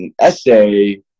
essay